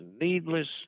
needless